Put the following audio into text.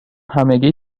همگی